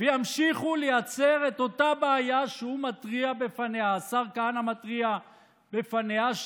וימשיכו לייצר אותה בעיה שהשר כהנא מתריע עליה,